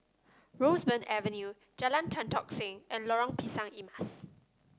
Roseburn Avenue Jalan Tan Tock Seng and Lorong Pisang Emas